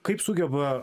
kaip sugeba